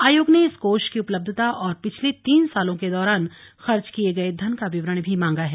आयोग ने इस कोष की उपलब्धता और पिछले तीन सालों के दौरान खर्च किये गये धन का विवरण भी मांगा है